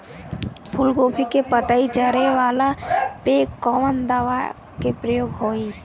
फूलगोभी के पतई चारे वाला पे कवन दवा के प्रयोग होई?